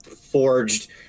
forged